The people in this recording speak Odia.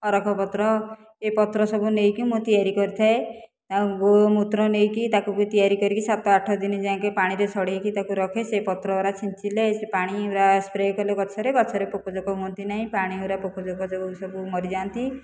ଅରଖପତ୍ର ଏ ପତ୍ର ସବୁ ନେଇକି ମୁଁ ତିଆରି କରିଥାଏ ଆଉ ଗୋମୂତ୍ର ନେଇକି ତାକୁ ବି ତିଆରି କରିକି ସାତ ଆଠଦିନ ଯାଏଁକେ ପାଣିରେ ସଢ଼େଇକି ତାକୁ ରଖେ ସେ ପତ୍ରଗୁଡ଼ା ଛିଞ୍ଚିଲେ ପାଣିଗୁଡ଼ା ସ୍ପ୍ରେ କଲେ ଗଛରେ ଗଛରେ ପୋକଜୋକ ହୁଅନ୍ତି ନାହିଁ ପାଣିଗୁଡ଼ା ପୋକଜୋକ ଯେଉଁ ସବୁ ମରିଯାନ୍ତି